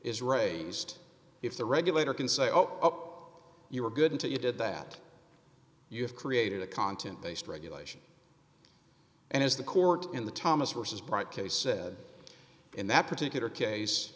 is raised if the regulator can say oh you were good until you did that you have created a content based regulation and is the court in the thomas versus broad case said in that particular case